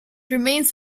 remains